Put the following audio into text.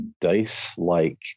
dice-like